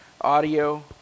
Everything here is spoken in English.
audio